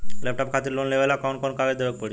Laptop खातिर loan लेवे ला कौन कौन कागज देवे के पड़ी?